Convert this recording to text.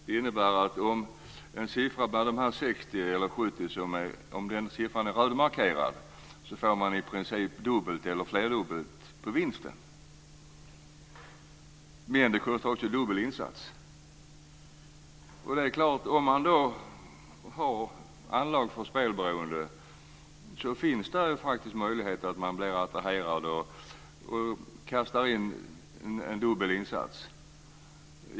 Det innebär att om en siffra är rödmarkerad får man dubbel eller flerdubbel vinst. Men insatsen är ju också dubbel. Om man har anlag för spelberoende kan man bli attraherad av detta spel och betalar en dubbel insats.